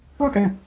Okay